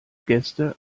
gäste